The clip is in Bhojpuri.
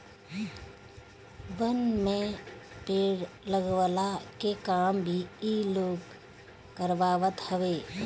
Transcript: वन में पेड़ लगवला के काम भी इ लोग करवावत हवे